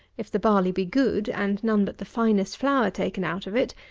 if the barley be good, and none but the finest flour taken out of it,